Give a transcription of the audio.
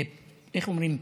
איך אומרים?